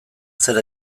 zer